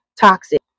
toxic